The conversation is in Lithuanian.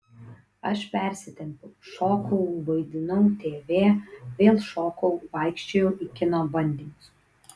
aš persitempiau šokau vaidinau tv vėl šokau vaikščiojau į kino bandymus